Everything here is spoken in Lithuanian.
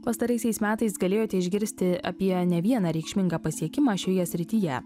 pastaraisiais metais galėjote išgirsti apie ne vieną reikšmingą pasiekimą šioje srityje